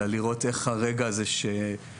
אלא לראות איך הרגע הזה שמונצח,